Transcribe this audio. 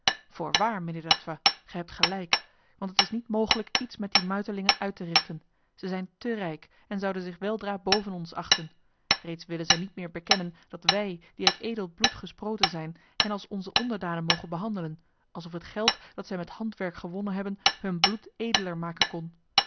voorwaar mijnheer d'artois gij hebt gelijk want het is niet mogelijk iets met die muitelingen uit te richten zij zijn te rijk en zouden zich weldra boven ons achten reeds willen zij niet meer bekennen dat wij die uit edel bloed gesproten zijn hen als onze onderdanen mogen behandelen alsof het geld dat zij met handwerk gewonnen hebben hun bloed edeler maken kon